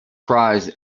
prize